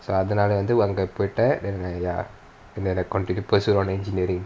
அதனால் அவன் அங்க போய்ட்டான்:atha naal avan anga poyitan then I ya and then I continued to pursue on engineering